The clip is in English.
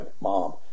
mom